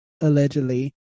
allegedly